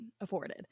afforded